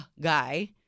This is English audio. guy